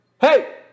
Hey